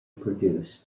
produced